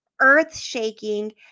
earth-shaking